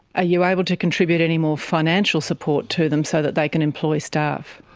ah you able to contribute any more financial support to them so that they can employ staff?